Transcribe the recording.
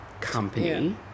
company